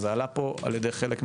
זה עלה פה על ידי חלק מהדוברים.